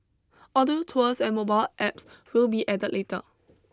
audio tours and mobile apps will be added later